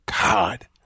God